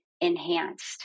enhanced